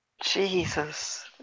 Jesus